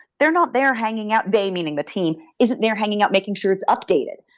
they're not there hanging out. they, meaning the team. isn't there hanging up making sure it's updated.